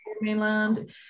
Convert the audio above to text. mainland